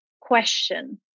question